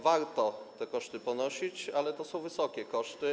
Warto te koszty ponosić, ale to są wysokie koszty.